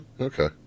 Okay